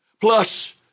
Plus